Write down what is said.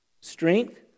Strength